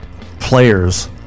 players